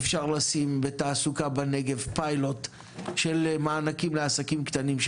אפשר לשים בתעסוקה בנגב פיילוט של מענקים לעסקים קטנים,